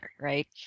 Right